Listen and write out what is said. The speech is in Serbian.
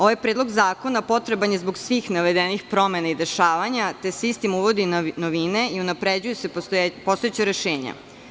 Ovaj predlog zakona potreban je zbog svih navedenih promena i dešavanja, te se istim uvode novine i unapređuju se postojeća rešenja.